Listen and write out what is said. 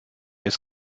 ist